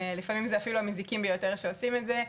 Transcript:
לעיתים זה אפילו המזיקים ביותר שעושים את זה,